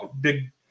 big